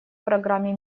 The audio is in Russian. программе